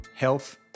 health